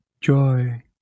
Joy